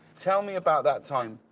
tell me about that time,